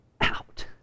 out